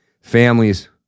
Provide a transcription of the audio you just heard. Families